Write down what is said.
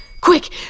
Quick